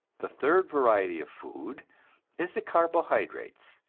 the third variety of food is the carbohydrates,